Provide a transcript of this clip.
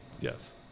Yes